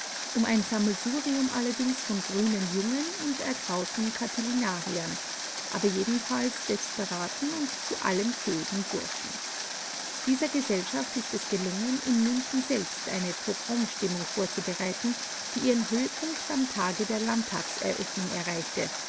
um ein sammelsurium allerdings von grünen jungen und ergrauten katilinariern aber jedenfalls desperaten und zu allem fähigen burschen dieser gesellschaft ist es gelungen in münchen selbst eine pogromstimmung vorzubereiten die ihren höhepunkt am tage der landtagseröffnung erreichte